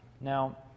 Now